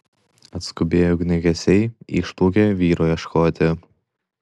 atskubėję ugniagesiai išplaukė vyro ieškoti